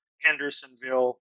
Hendersonville